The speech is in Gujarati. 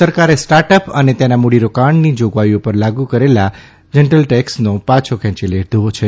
સરકારે સ્ટાર્ટઅપ અને તેના મૂડીરોકાણની જાગવાઇઓ પર લાગુ કરેલા એન્જલ ટેક્ષને પાછો ખેંચી લીધો છે